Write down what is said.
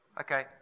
okay